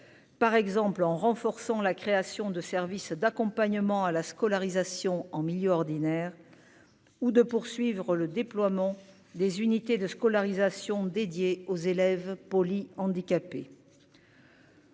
par exemple en renforçant la création de services d'accompagnement à la scolarisation en milieu ordinaire ou de poursuivre le déploiement des unités de scolarisation dédié aux élèves poly-handicapé.